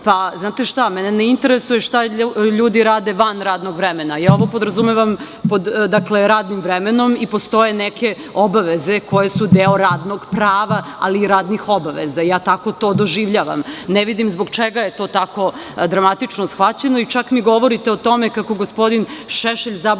dodatno. Znate šta, mene ne interesuje šta ljudi rade van radnog vremena, ovo podrazumevam pod radim vremenom i postoje neke obaveze koje su deo radnog prava ali i radnih obaveza, ja tako to doživljavam, ne vidim zbog čega je to dramatično tako shvaćeno i čak mi govorite o tome kako gospodin Šešelj nikada